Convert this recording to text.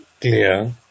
clear